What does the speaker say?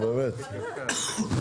בבקשה.